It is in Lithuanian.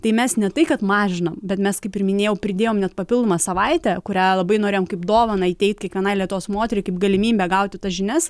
tai mes ne tai kad mažinam bet mes kaip ir minėjau pridėjom net papildomą savaitę kurią labai norėjom kaip dovaną įteikt kiekvienai lietuvos moteriai kaip galimybę gauti tas žinias